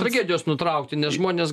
tragedijos nutraukti nes žmonės